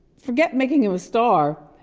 forget making him a star.